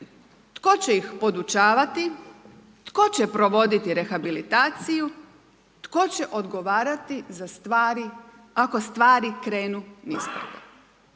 tko će ih podučavati, tko će provoditi rehabilitaciju, tko će odgovarati za stvari ako stvari krenu nizbrdo.